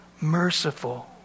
merciful